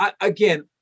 again